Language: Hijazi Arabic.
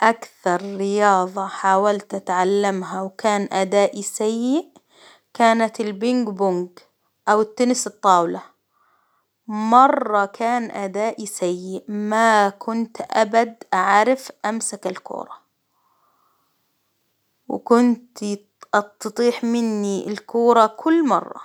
أكثر رياضة حاولت أتعلمها وكان ادائي سيء كانت البنج بونج، أو التنس الطاولة، مرة كان آدائي سيء، ما كنت أبد أعرف أمسك الكورة، وكنت تطيح مني الكورة كل مرة.